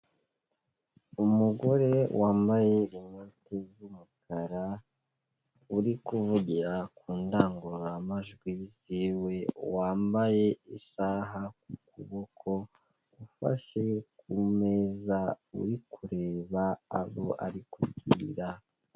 Umugore wambaye rineti z'umukara uri kuvugira ku ndangururamajwi ziwe, wambaye isaha ku kuboko ufashe ku meza uri kureba aho ari kugirira,